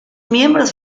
miembros